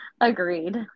Agreed